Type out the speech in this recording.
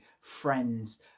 friends